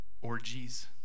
orgies